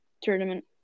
tournament